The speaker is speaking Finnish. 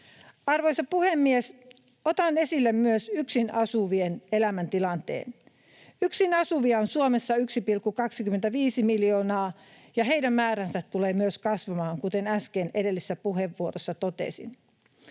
Arvoisa puhemies! Otan esille myös yksin asuvien elämäntilanteen. Yksin asuvia on Suomessa 1,25 miljoonaa, ja heidän määränsä tulee myös kasvamaan, kuten äsken edellisessä puheenvuorossani totesin.